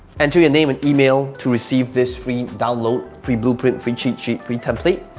enter your name and email to receive this free download, free blueprint, free cheat sheet, free template.